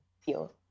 feel